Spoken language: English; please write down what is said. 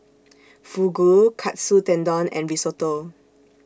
Fugu Katsu Tendon and Risotto